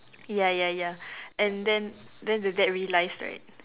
ya ya ya and then then the dad realised right